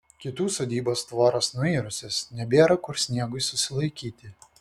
kitų sodybų tvoros nuirusios nebėra kur sniegui susilaikyti